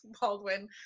Baldwin